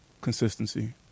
Consistency